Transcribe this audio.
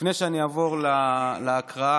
לפני שאעבור להקראה,